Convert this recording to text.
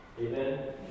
Amen